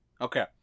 Okay